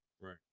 right